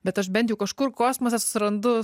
bet aš bent jau kažkur kosmose surandu